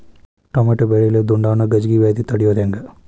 Tomato ಬೆಳೆಯಲ್ಲಿ ದುಂಡಾಣು ಗಜ್ಗಿ ವ್ಯಾಧಿ ತಡಿಯೊದ ಹೆಂಗ್?